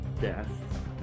death